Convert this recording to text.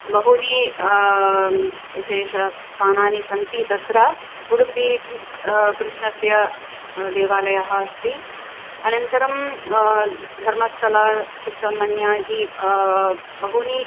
बहूनि विशेषस्थानानि सन्ति तत्र उडुपि कृष्णस्य देवालयः अस्ति अनन्तरं धर्मस्थलं सुब्रह्मण्य इति बहूनि